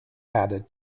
added